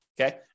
Okay